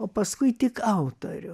o paskui tik autorių